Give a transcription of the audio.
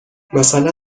مثلا